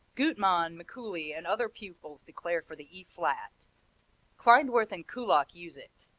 gutmann, mikuli and other pupils declare for the e flat klindworth and kullak use it.